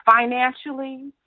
Financially